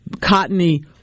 cottony